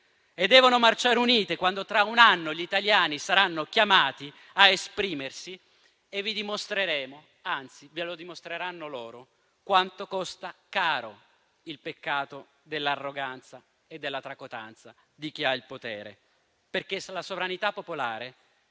e devono farlo quando tra un anno gli italiani saranno chiamati a esprimersi e vi dimostreremo, anzi, ve lo dimostreranno loro quanto costa caro il peccato dell'arroganza e della tracotanza di chi ha il potere, perché la sovranità popolare